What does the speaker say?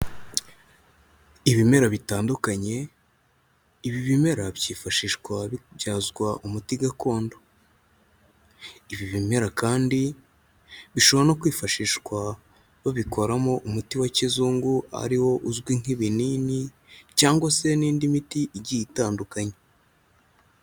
Ibimera bitandukanye, ibi bimera byifashishwa bibyazwa umuti gakondo, ibi bimera kandi bishobora no kwifashishwa babikoramo umuti wa kizungu ari wo uzwi nk'ibinini cyangwa se n'indi miti igiye itandukanye.